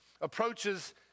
approaches